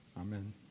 Amen